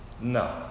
No